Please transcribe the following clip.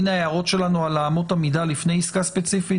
הנה ההערות שלנו על אמות המידה לפני עסקה ספציפית.